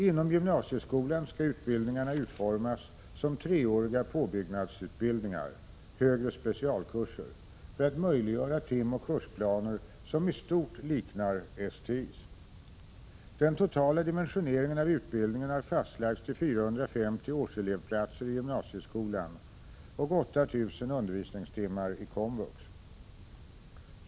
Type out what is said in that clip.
Inom gymnasieskolan skall utbildningarna utformas som treåriga påbyggnadsutbildningar för att möjliggöra timoch kursplaner som i stort liknar STI:s. Den totala dimensioneringen av utbildningen har fastlagts till 450 årselevplatser i gymnasieskolan och 8 000 undervisningstimmar i komvux.